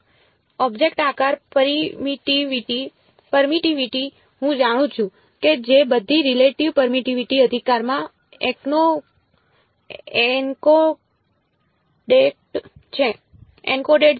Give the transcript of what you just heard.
object આકાર permittivity હું જાણું છું કે જે બધી રિલેટિવ પેરમિટીવિટી અધિકારમાં એન્કોડેડ છે